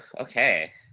okay